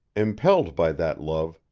impelled by that love,